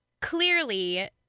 clearly